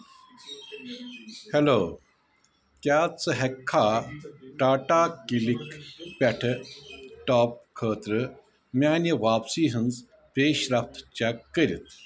hello کیٛاہ ژٕ ہیٚککھا ٹاٹا کِلِک پٮ۪ٹھٕ ٹاپ خٲطرٕ میٛانہِ واپسی ہِنٛز پیشرفتہٕ چیک کٔرِتھ